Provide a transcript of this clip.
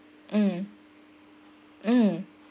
mm mm